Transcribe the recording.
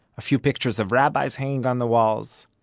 a few pictures of rabbis hanging on the walls.